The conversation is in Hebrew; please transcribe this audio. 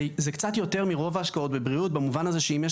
זה קצת יותר מרוב ההשקעות בבריאות במובן הזה שאם יש